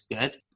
good